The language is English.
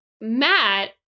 Matt